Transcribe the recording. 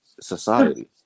society